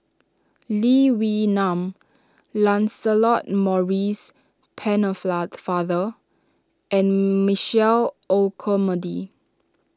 Lee Wee Nam Lancelot Maurice father and Michael Olcomendy